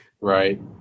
Right